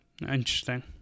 Interesting